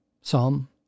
Psalm